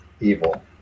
evil